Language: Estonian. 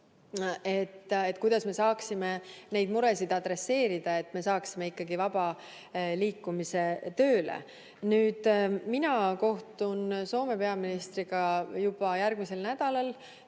kuidas me saaksime nende muredega tegeleda nii, et me saaksime ikkagi vaba liikumise tööle. Mina kohtun Soome peaministriga juba järgmisel nädalal,